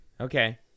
Okay